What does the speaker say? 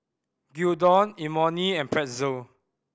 Gyudon Imoni and Pretzel